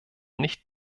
nicht